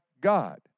God